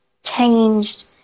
changed